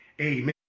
Amen